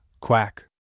Quack